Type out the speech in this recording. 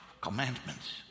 commandments